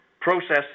processing